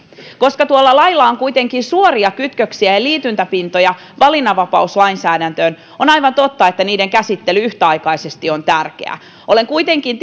koska tuolla lailla on kuitenkin suoria kytköksiä ja liityntäpintoja valinnanvapauslainsäädäntöön on aivan totta että niiden käsittely yhtäaikaisesti on tärkeää olen kuitenkin